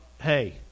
hey